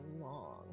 long